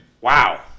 Wow